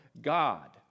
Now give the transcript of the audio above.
God